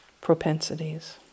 propensities